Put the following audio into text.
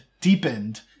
Deepened